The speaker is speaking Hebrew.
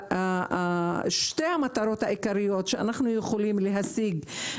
שתי המטרות העיקריות שאנחנו יכולים להשיג